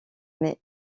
mais